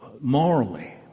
morally